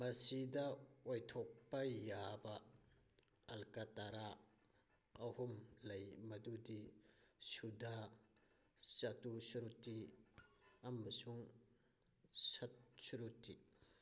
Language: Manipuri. ꯃꯁꯤꯗ ꯑꯣꯏꯊꯣꯛꯄ ꯌꯥꯕ ꯑꯜꯀꯇꯔꯥ ꯑꯍꯨꯝ ꯂꯩ ꯃꯗꯨꯗꯤ ꯁꯨꯙꯥ ꯆꯇꯨ ꯁ꯭ꯔꯨꯇꯤ ꯑꯃꯁꯨꯡ ꯁꯠ ꯁ꯭ꯔꯨꯇꯤ